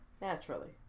Naturally